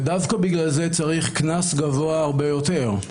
ודווקא בגלל זה צריך קנס גבוה הרבה יותר.